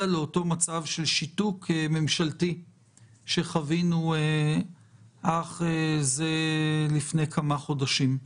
למצב של שיתוק ממשלתי שחווינו אך לפני כמה חודשים.